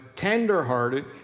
tenderhearted